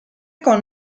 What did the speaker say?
con